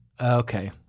Okay